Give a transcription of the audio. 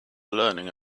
learning